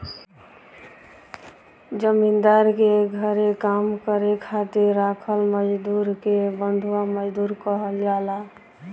जमींदार के घरे काम करे खातिर राखल मजदुर के बंधुआ मजदूर कहल जाला